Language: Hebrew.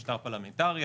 משטר פרלמנטרי,